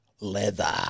leather